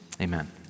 amen